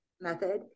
method